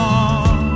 on